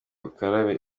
ukarabe